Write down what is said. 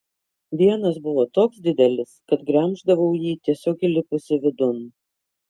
vienas buvo toks didelis kad gremždavau jį tiesiog įlipusi vidun